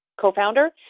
Co-founder